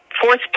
fourth